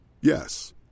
Yes